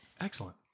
Excellent